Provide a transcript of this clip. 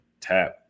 tap